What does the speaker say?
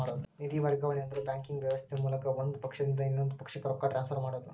ನಿಧಿ ವರ್ಗಾವಣೆ ಅಂದ್ರ ಬ್ಯಾಂಕಿಂಗ್ ವ್ಯವಸ್ಥೆ ಮೂಲಕ ಒಂದ್ ಪಕ್ಷದಿಂದ ಇನ್ನೊಂದ್ ಪಕ್ಷಕ್ಕ ರೊಕ್ಕ ಟ್ರಾನ್ಸ್ಫರ್ ಮಾಡೋದ್